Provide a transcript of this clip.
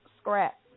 Scrap